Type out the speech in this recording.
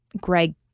Greg